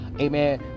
amen